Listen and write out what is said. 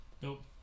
nope